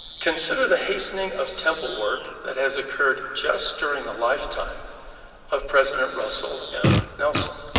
consider the hastening of temple work that has occurred just during the lifetime of president russell m. nelson.